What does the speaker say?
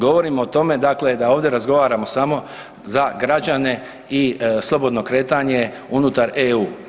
Govorimo o tome dakle da ovdje razgovaramo samo za građane i slobodno kretanje unutar EU.